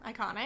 iconic